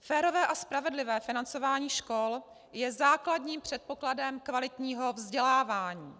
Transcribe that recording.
Férové a spravedlivé financování škol je základním předpokladem kvalitního vzdělávání.